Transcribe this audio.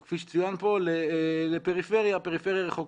כפי שצוין פה, לפריפריה הרחוקה.